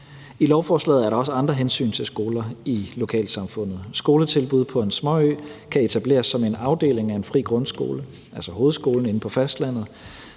I lovforslaget er der også anført andre hensyn til skoler i lokalsamfundet. Skoletilbud på en småø kan etableres som en afdeling af en fri grundskole, altså hovedskolen inde på fastlandet.